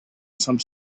some